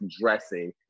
dressing